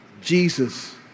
Jesus